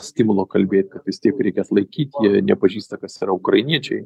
stimulo kalbėt kad vis tiek reikia atlaikyt nepažįsta kas yra ukrainiečiai